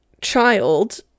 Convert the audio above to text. child